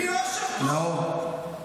אוהל סיירים,